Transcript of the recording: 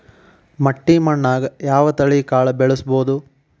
ಮಟ್ಟಿ ಮಣ್ಣಾಗ್, ಯಾವ ತಳಿ ಕಾಳ ಬೆಳ್ಸಬೋದು?